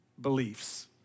beliefs